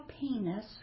penis